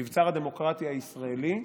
מבצר הדמוקרטיה הישראלי,